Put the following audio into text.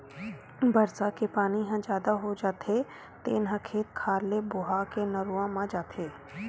बरसा के पानी ह जादा हो जाथे तेन ह खेत खार ले बोहा के नरूवा म जाथे